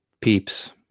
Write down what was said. peeps